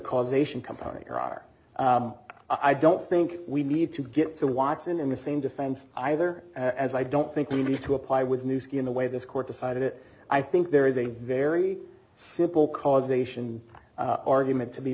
causation component there are i don't think we need to get to watson in the same defense either as i don't think we need to apply was new skin the way this court decided it i think there is a very simple causation argument to be